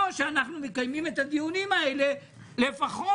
או שאנחנו מקיימים את הדיונים האלה לפחות